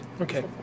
Okay